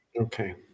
Okay